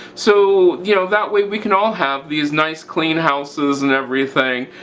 so you know that way we can all have these nice clean houses and everything,